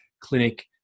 Clinic